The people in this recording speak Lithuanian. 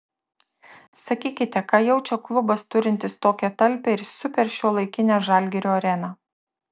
sakykite ką jaučia klubas turintis tokią talpią ir superšiuolaikinę žalgirio areną